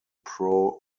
pro